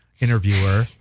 interviewer